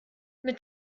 mit